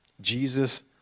Jesus